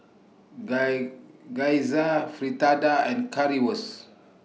Guy Gyoza Fritada and Currywurst